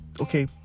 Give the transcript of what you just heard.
okay